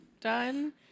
done